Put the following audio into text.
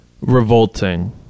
revolting